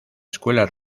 escuela